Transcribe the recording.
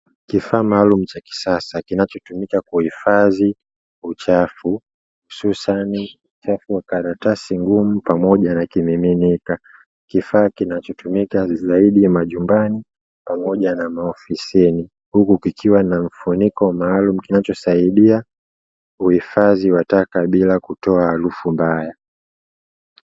Kifaa maalumu cha kisasa kinachotumika kuhifadhi uchafu, hususani uchafu wa karatasi ngumu pamoja na kimiminika, kifaa kinatumika zaidi nyumbani pamoja na maofisi, huku kikiwa na mfuniko maalumu kinachosaidia kuhifadhi wa taka bila kutowa harufu mbaya.